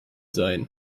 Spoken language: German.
sein